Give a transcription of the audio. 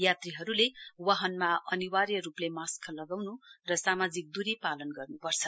यात्रीहरूले वाहनमा अनिवार्य रूपले मास्क लगाउन् र सामानिज दूरी पालन गर्न्पर्छ